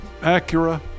Acura